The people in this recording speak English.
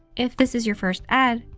if this is your first ad,